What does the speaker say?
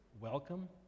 welcome